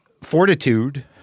Fortitude